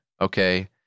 okay